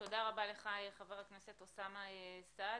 תודה רבה לך חבר הכנסת אוסאמה סעדי.